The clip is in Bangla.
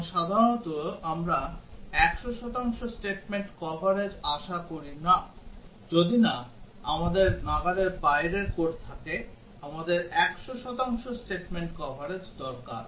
এবং সাধারনত আমরা 100 শতাংশ statement কভারেজ আশা করি যদি না আমাদের নাগালের বাইরের কোড থাকে আমাদের 100 শতাংশ statement কভারেজ দরকার